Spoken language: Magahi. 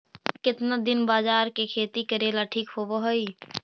केतना दिन बाजरा के खेती करेला ठिक होवहइ?